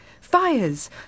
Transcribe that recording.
Fires